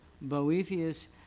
Boethius